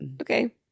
Okay